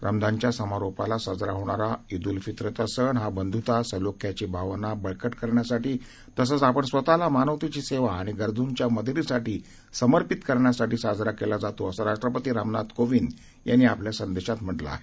रमजानच्या समारोपाला साजरा होणारा ईद उल फित्रचा सण बंधृता आणि सलोख्याची भावना बळकट करण्यासाठी तसंच आपण स्वतःला मानवतेची सेवा आणि गरजुंच्या मदतीसाठी स्वतःला समर्पित करण्यासाठी साजरा केला जातो असं राष्ट्रपती रामनाथ कोविंद यांनी आपल्या श्भेच्छा संदेशात म्हटलं आहे